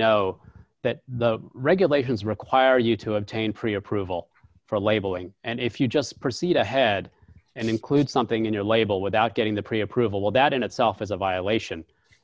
know that the regulations require you to obtain pre approval for labeling and if you just proceed ahead and include something in your label without getting the pre approval well that in itself is a violation